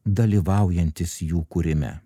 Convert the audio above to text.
dalyvaujantis jų kūrime